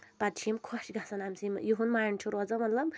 پَتہٕ چھِ یِم خۄش گژھان اَمہِ سۭتۍ یِہُنٛد مایِنٛڈ چھُ روزان مطلب